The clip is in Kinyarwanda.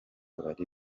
bari